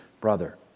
brother